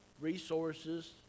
resources